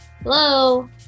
hello